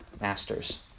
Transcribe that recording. masters